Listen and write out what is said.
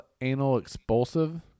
anal-expulsive